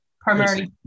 primarily